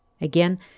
Again